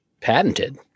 patented